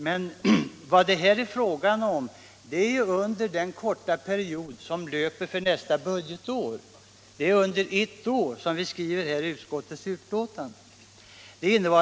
Men vad det här är fråga om är den period som omfattar kommande budgetår, och det framgår också av utskottsmajoritetens skrivning.